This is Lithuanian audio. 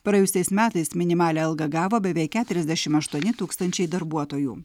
praėjusiais metais minimalią algą gavo beveik keturiasdešim aštuoni tūkstančiai darbuotojų